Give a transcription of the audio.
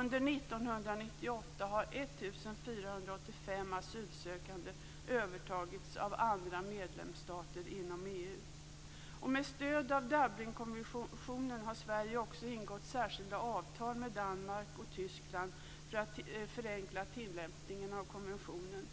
Under 1998 har 1 485 asylsökande övertagits av andra medlemsstater inom EU. Med stöd av Dublinkonventionen har Sverige också ingått särskilda avtal med Danmark och Tyskland för att förenkla tillämpningen av konventionen.